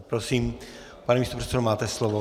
Prosím, pane místopředsedo, máte slovo.